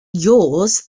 yours